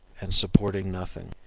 and supporting nothing.